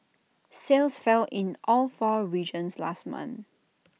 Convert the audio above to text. sales fell in all four regions last month